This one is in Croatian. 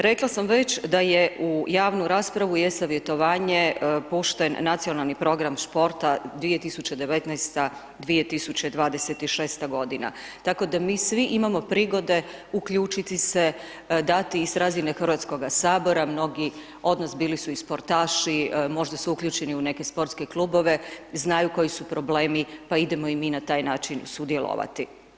Rekla sam već da je u javnu raspravu i e-savjetovanje pušten nacionalni program športa 2019.-2026. g. Tako da mi svi imamo prigode uključiti se dati iz razine Hrvatskoga sabora, mnogi odnosi bili su i sportaši, možda su uključeni u neke sportske klubove, znaju koji su problemi, pa idemo i mi na taj način sudjelovati.